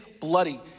bloody